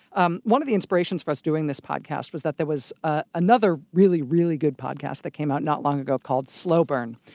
um one of the inspirations for us doing this podcast was that there was ah another really, really good podcast that came out not long ago called slow burn,